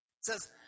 says